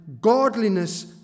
godliness